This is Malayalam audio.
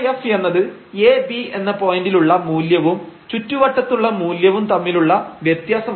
Δf എന്നത് ab എന്ന പോയന്റിലുള്ള മൂല്യവും ചുറ്റുവട്ടത്തുള്ള മൂല്യവും തമ്മിലുള്ള വ്യത്യാസമാണ്